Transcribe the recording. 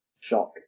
Shock